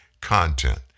content